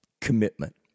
commitment